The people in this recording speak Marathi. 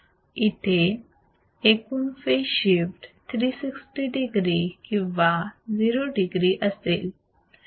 येथे एकूण फेजशिफ्ट 360 degree किंवा 0 degree असेल